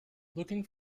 looking